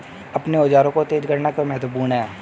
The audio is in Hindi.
अपने औजारों को तेज करना क्यों महत्वपूर्ण है?